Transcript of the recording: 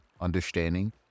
understanding